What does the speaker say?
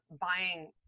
buying